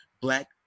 black